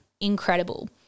incredible